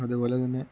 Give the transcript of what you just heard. അതുപോലെ തന്നെ